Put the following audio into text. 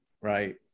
right